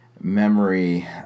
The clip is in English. memory